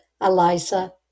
Eliza